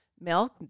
milk